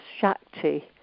Shakti